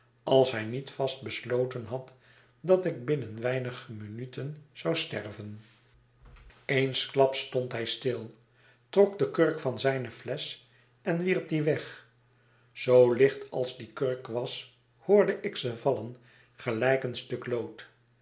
als hij niet vast beloten had dat ik binnen weinige minuten zou sterven eensklaps stond hij stil trok de kurk van zijne flesch en wierp die weg zoo licht als die kurk was hoorde ik ze vallen gelijk een stuk lood